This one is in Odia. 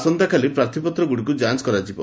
ଆସନ୍ତାକାଲି ପ୍ରାର୍ଥୀପତ୍ରଗୁଡ଼ିକୁ ଯାଞ କରାଯିବ